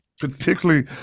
particularly